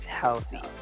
healthy